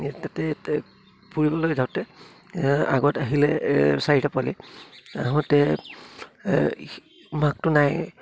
তাতে ফুৰিবলৈ যাওঁতে আগত আহিলে চাৰিটা পোৱালি আহোঁতে মাকটো নাই